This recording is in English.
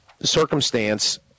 circumstance